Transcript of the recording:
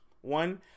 One